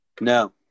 No